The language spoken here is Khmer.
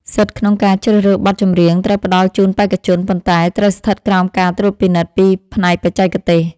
សិទ្ធិក្នុងការជ្រើសរើសបទចម្រៀងត្រូវផ្ដល់ជូនបេក្ខជន ប៉ុន្តែ ត្រូវស្ថិតក្រោមការត្រួតពិនិត្យពីផ្នែកបច្ចេកទេស។